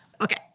Okay